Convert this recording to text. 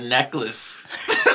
Necklace